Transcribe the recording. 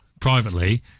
privately